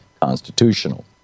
constitutional